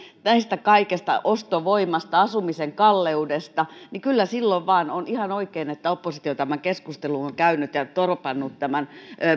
tästä kaikesta ostovoimasta asumisen kalleudesta ja kyllä silloin vain on ihan oikein että oppositio tämän keskustelun on käynyt ja torpannut tämän